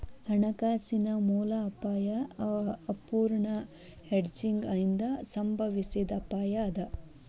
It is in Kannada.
ಹಣಕಾಸಿನ ಮೂಲ ಅಪಾಯಾ ಅಪೂರ್ಣ ಹೆಡ್ಜಿಂಗ್ ಇಂದಾ ಸಂಬಂಧಿಸಿದ್ ಅಪಾಯ ಅದ